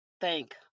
thank